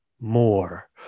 More